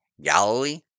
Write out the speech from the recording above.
Galilee